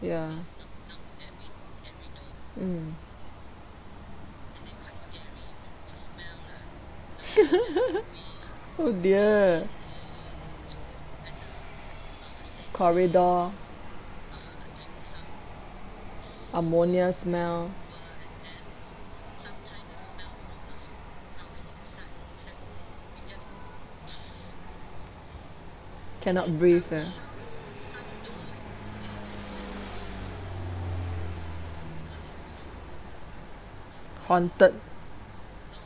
ya mm oh dear corridor ammonia smell cannot breathe eh haunted